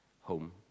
home